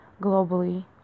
globally